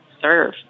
serve